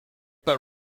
but